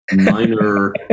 minor